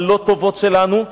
הלא-טובות שלנו,